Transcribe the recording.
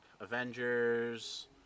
Avengers